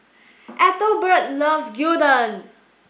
Ethelbert loves Gyudon